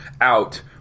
out